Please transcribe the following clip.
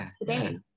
today